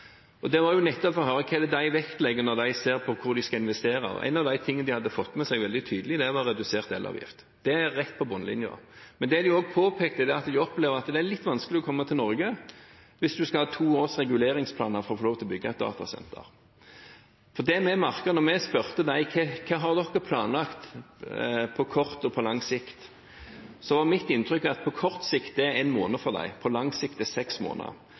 i fjor, var det nettopp for å se på hvordan vi kan være med på å gjøre Norge til et attraktivt sted for ulike store aktører. Vi møtte mange – både store og veldig, veldig store – nettopp for å høre hva de vektlegger når de ser på hvor de skal investere. En av de tingene de hadde fått med seg veldig tydelig, var redusert elavgift – det er rett på bunnlinja. Men det de også påpekte, er at de opplever at det er litt vanskelig å komme til Norge hvis en skal ha to års reguleringsplaner for å få lov til å bygge et datasenter. Det som var mitt inntrykk da vi spurte dem om hva de har planlagt, på kort og på